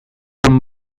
room